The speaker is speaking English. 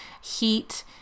heat